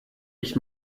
ich